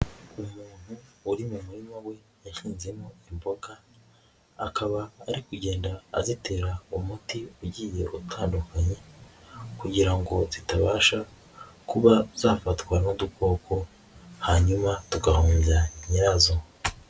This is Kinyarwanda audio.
Umuntu uri mu murima we yahinzemo imboga, akaba ari kugenda azitera umuti ugiye utandukanya kugira ngo zitabasha kuba zafatwa n'udukoko hanyuma tugahombya nyirazo.